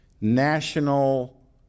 national